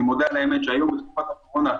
אני מודה על האמת בתקופה האחרונה,